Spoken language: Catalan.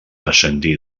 ascendir